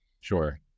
Sure